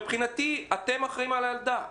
מבחינתי אתם אחראים על הילדה.